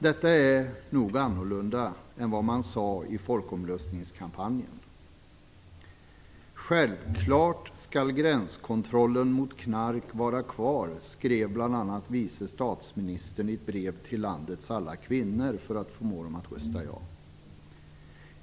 Detta är något annorlunda än vad man sade i folkomröstningskampanjen. Självklart skall gränskontrollen mot knark vara kvar, skrev bl.a. vice statsministern i ett brev till landets alla kvinnor för att förmå dem att rösta ja.